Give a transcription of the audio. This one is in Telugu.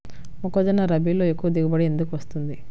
మొక్కజొన్న రబీలో ఎక్కువ దిగుబడి ఎందుకు వస్తుంది?